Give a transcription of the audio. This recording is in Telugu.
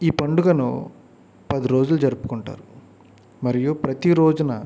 ఈ పండుగను పది రోజులు జరుపుకుంటారు మరియు ప్రతీరోజున